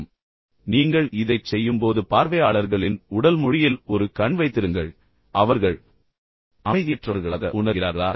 எனவே நீங்கள் இதைச் செய்யும்போது பார்வையாளர்களின் உடல் மொழியில் ஒரு கண் வைத்திருங்கள் அவர்கள் அமைதியற்றவர்களாக உணர்கிறார்களா